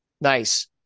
Nice